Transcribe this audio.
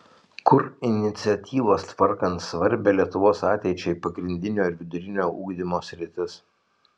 kur iniciatyvos tvarkant svarbią lietuvos ateičiai pagrindinio ir vidurinio ugdymo sritis